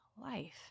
life